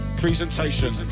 presentation